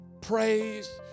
Praise